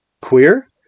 Queer